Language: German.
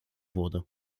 wurde